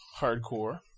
Hardcore